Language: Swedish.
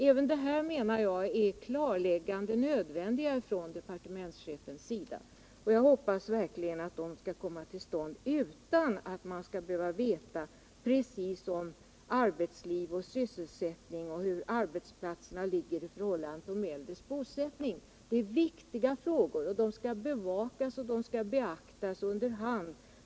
Även här är klarlägganden nödvändiga från departementschefens sida, och jag hoppas verkligen sådana skall komma till stånd utan att man först behöver veta allt om arbetsliv och sysselsättning och hur arbetsplatser ligger i förhållande till de äldres bosättning. Dessa senare är viktiga frågor och skall bevakas och beaktas under hand.